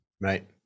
Right